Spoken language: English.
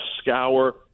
scour